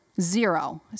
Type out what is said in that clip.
Zero